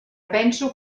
penso